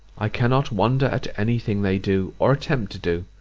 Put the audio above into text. i cannot wonder at any thing they do, or attempt to do,